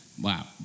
Wow